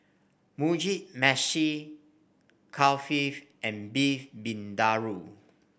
Mugi Meshi Kulfi and Beef Vindaloo